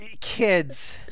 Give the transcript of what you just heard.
Kids